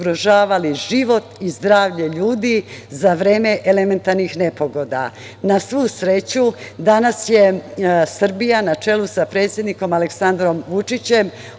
život i zdravlje ljude za vreme elementarnih nepogoda. Na svu sreću, danas je Srbija, na čelu sa predsednikom Aleksandrom Vučićem